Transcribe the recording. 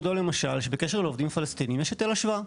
אני אגיד לכבודו למשל שבקשר לעובדים פלסטיניים יש היטל השוואה.